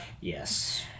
Yes